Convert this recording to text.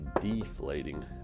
deflating